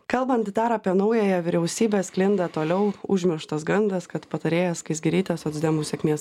kalbant dar apie naująją vyriausybę sklinda toliau užmirštas gandas kad patarėja skaisgirytė socdemų sėkmės